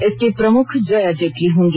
इसकी प्रमुख जया जेटली होंगी